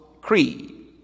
Creed